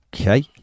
okay